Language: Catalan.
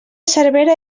cervera